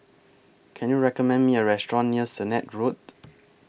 Can YOU recommend Me A Restaurant near Sennett Road